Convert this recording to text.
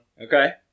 Okay